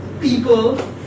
people